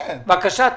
בבקשה.